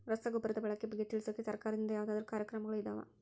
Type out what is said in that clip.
ರಸಗೊಬ್ಬರದ ಬಳಕೆ ಬಗ್ಗೆ ತಿಳಿಸೊಕೆ ಸರಕಾರದಿಂದ ಯಾವದಾದ್ರು ಕಾರ್ಯಕ್ರಮಗಳು ಇದಾವ?